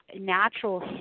natural